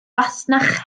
fasnach